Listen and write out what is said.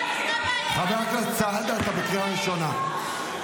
חבר הכנסת סעדה, אתה בקריאה ראשונה.